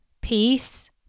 peace